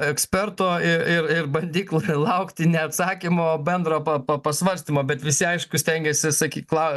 eksperto ir ir ir bandyk lai laukti ne atsakymo o bendro pa pa pasvarstymo bet visi aišku stengiasi sakykla